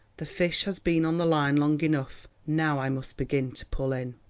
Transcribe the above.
the fish has been on the line long enough, now i must begin to pull in.